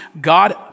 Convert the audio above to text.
God